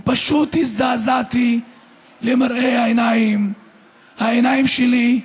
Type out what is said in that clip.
ופשוט הזדעזעתי ממראה העיניים שלי.